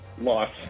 Loss